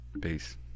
Peace